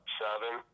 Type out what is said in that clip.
seven